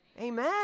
Amen